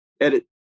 edit